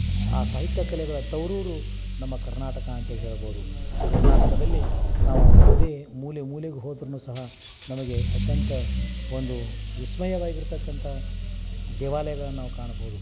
ಆ ಸಾಹಿತ್ಯ ಕಲೆಗಳ ತವರೂರು ನಮ್ಮ ಕರ್ನಾಟಕ ಅಂತೇಳಿ ಹೇಳ್ಬೋದು ಕರ್ನಾಟಕದಲ್ಲಿ ನಾವು ಯಾವುದೇ ಮೂಲೆ ಮೂಲೆಗೆ ಹೋದ್ರು ಸಹ ನಮಗೆ ಅತ್ಯಂತ ಒಂದು ವಿಸ್ಮಯವಾಗಿರತಕ್ಕಂಥ ದೇವಾಲಯಗಳನ್ನು ನಾವು ಕಾಣ್ಬೋದು